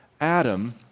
Adam